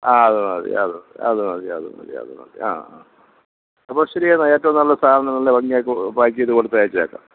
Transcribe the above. ആ അതുമതി അതുമതി അതുമതി അതുമതി അതുമതി ആ ആ അപ്പോൾ ശരിയെന്നാൽ ഏറ്റോം നല്ല സാധനം നല്ല ഭംഗിയായിട്ട് പാക്ക് ചെയ്ത് കൊടുത്തയച്ചേക്കം